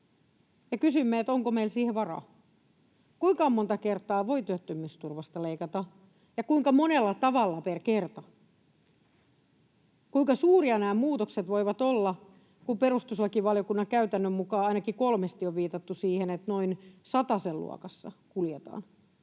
ja kysymme, onko meillä siihen varaa. Kuinka monta kertaa voi työttömyysturvasta leikata ja kuinka monella tavalla per kerta? Kuinka suuria nämä muutokset voivat olla? Kun perustuslakivaliokunnan käytännön mukaan ainakin kolmesti on viitattu siihen, että noin satasen luokassa kuljetaan,